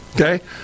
Okay